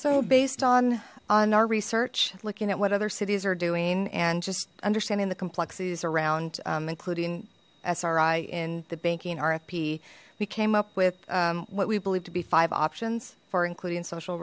so based on on our research looking at what other cities are doing and just understanding the complexities around including sr i in the banking rfp we came up with what we believe to be five options for including social